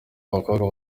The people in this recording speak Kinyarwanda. bakobwa